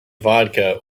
vodka